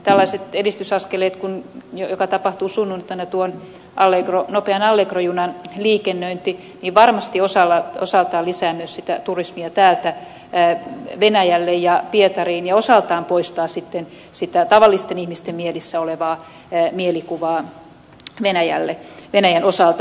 tällaiset edistysaskeleet kuin tuon nopean allegro junan liikennöinti joka alkaa sunnuntaina myös varmasti osaltaan lisäävät sitä turismia täältä venäjälle ja pietariin ja osaltaan poistavat sitten sitä tavallisten ihmisten mielissä olevaa mielikuvaa venäjän osalta